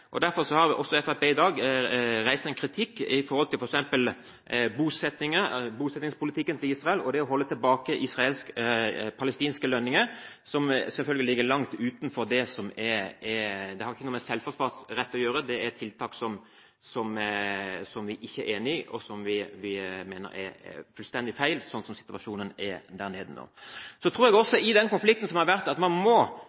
Derfor har Fremskrittspartiet i dag reist kritikk mot f.eks. bosettingspolitikken til Israel, og det å holde tilbake palestinske lønninger, som selvfølgelig ligger langt utenfor det som har med selvforsvarsrett å gjøre. Det er tiltak vi ikke er enig i, og som vi mener er fullstendig feil, slik situasjonen er der nede nå. Så tror jeg